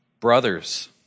Brothers